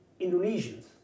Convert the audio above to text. Indonesians